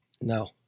No